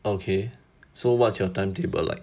okay so what's your timetable like